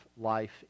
life